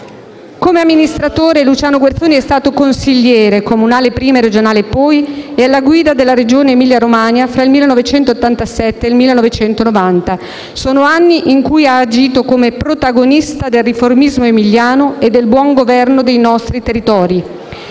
Come amministratore Luciano Guerzoni è stato consigliere, comunale prima e regionale poi, e alla guida della Regione Emilia-Romagna fra il 1987 e il 1990. Sono anni in cui ha agito come protagonista del riformismo emiliano e del buon governo dei nostri territori.